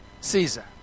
Caesar